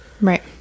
right